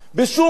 בשום מקום.